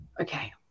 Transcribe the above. Okay